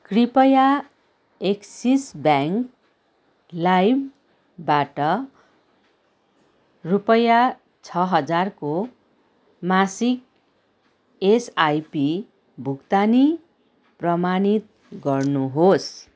कृपया Axis bank लाइमबाट रुपैयाँ छ हजारको मासिक एसआइपी भुक्तानी प्रमाणित गर्नुहोस्